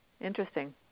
Interesting